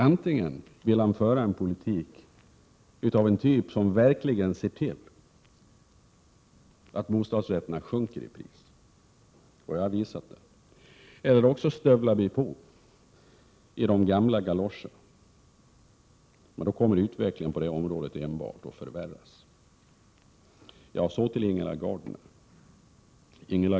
Antingen skall han föra en politik av en typ som verkligen ser till att bostadsrätterna sjunker i pris — det har jag visat — eller också gå på i de gamla galoscherna, men då kommer utvecklingen på detta område enbart att förvärras. Så till Ingela Gardner.